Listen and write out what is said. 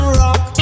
rock